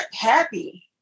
happy